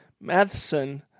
Matheson